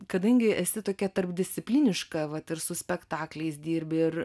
kadangi esi tokia tarpdiscipliniška vat ir su spektakliais dirbi ir